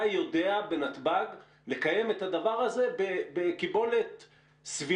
אתה יודע לקיים את הדבר הזה בנתב"ג בקיבולת סבירה,